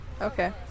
Okay